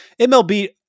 MLB